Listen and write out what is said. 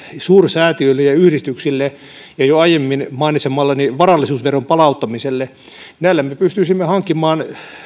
suursäätiöille ja yhdistyksille näillä ja jo aiemmin mainitsemallani varallisuusveron palauttamisella me pystyisimme hankkimaan